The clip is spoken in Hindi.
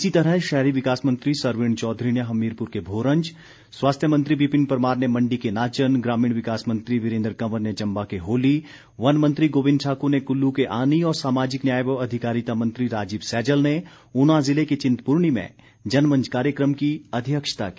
इसी तरह शहरी विकास मंत्री सरवीण चौधरी ने हमीरपुर के भोरंज स्वास्थ्य मंत्री विपिन परमार ने मण्डी के नाचन ग्रामीण विकास मंत्री वीरेन्द्र कंवर ने चंबा के होली वन मंत्री गोविंद ठाकुर ने कुल्लू के आनी और सामाजिक न्याय व अधिकारिता मंत्री राजीव सैजल ने ऊना जिले के चिंतपूर्णी में जनमंच कार्यक्रम की अध्यक्षता की